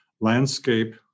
landscape